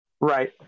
Right